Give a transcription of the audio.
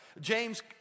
James